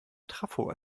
trafo